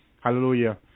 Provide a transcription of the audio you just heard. hallelujah